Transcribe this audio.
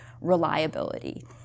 reliability